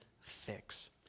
fix